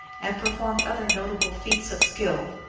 and performed other notable feats of skill,